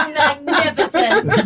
magnificent